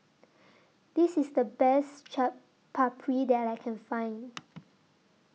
This IS The Best Chaat Papri that I Can Find